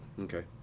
Okay